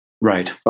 Right